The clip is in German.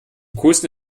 coolsten